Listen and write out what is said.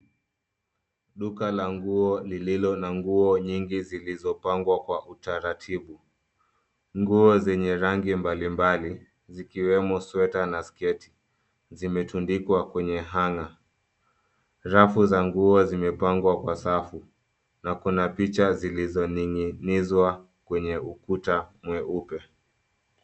Duka la nguo lililo na nguo nyingi zilizopangwa kwa utaratibu. Nguo zenye rangi mbalimbali zikiwemo sweta na sketi zimetundikwa kwenye hanger .Rafu za nguo zimepangwa kwa safu na kuna picha zilizoning'inizwa kwenye ukuta mweupe.